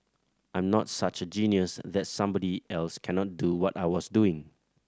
I'm not such a genius that's somebody else cannot do what I was doing